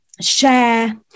share